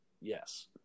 yes